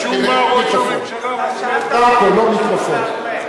שום הערות לממשלה, רמקול, לא מיקרופון.